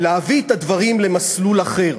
להביא את הדברים למסלול אחר.